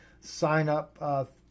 sign-up